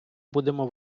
будемо